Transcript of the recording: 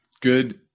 good